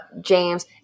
James